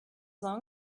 long